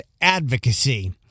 advocacy